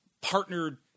partnered